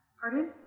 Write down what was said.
Pardon